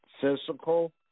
physical